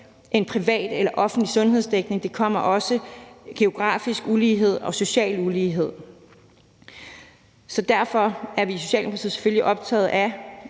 end privat eller offentlig sundhedsdækning. Der er også geografisk ulighed og social ulighed. Derfor er vi i Socialdemokratiet selvfølgelig optaget af